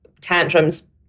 tantrums